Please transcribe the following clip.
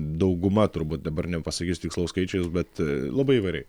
dauguma turbūt dabar nepasakysiu tikslaus skaičiaus bet labai įvairiai